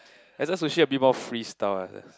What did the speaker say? aston's usually a bit more free style I guess